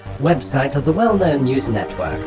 website of the well known news network